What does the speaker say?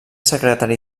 secretari